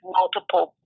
multiple